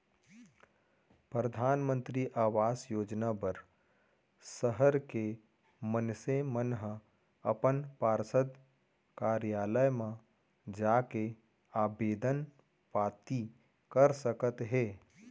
परधानमंतरी आवास योजना बर सहर के मनसे मन ह अपन पार्षद कारयालय म जाके आबेदन पाती कर सकत हे